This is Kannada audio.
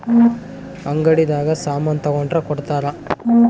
ಅಂಗಡಿ ದಾಗ ಸಾಮನ್ ತಗೊಂಡ್ರ ಕೊಡ್ತಾರ